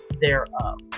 thereof